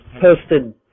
posted